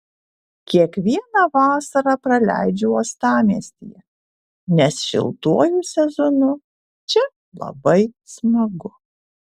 kiekvieną vasarą praleidžiu uostamiestyje nes šiltuoju sezonu čia labai smagu